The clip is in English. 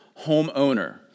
homeowner